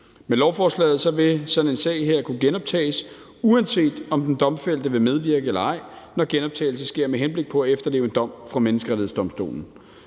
Med lovforslaget vil sådan en sag kunne genoptages, uanset om den domfældte vil medvirke eller ej, når genoptagelse sker med henblik på at efterleve en dom fra Menneskerettighedsdomstolen.